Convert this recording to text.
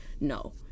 No